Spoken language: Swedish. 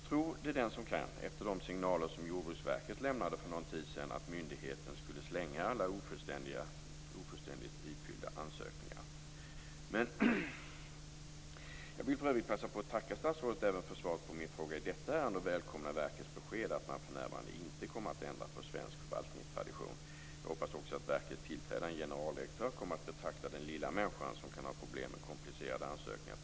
Tro det den som kan, efter de signaler som Jordbruksverket lämnade för någon tid sedan om att myndigheten skulle slänga alla ofullständigt ifyllda ansökningar. För övrigt vill jag passa på att tacka statsrådet även för svaret på min fråga i det ärendet. Jag välkomnar verkets besked om att det för närvarande inte kommer att ändra på svensk förvaltningstradition. Jag hoppas också att verkets tillträdande generaldirektör på ett seriöst sätt kommer att betrakta den lilla människan som kan ha problem med komplicerade ansökningar.